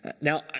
Now